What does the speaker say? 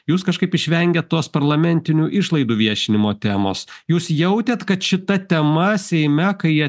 jūs kažkaip išvengėt tos parlamentinių išlaidų viešinimo temos jūs jautėt kad šita tema seime kai jie